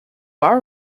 are